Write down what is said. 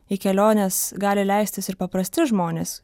į keliones gali leistis ir paprasti žmonės